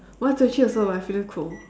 mine is twenty also but I feeling cold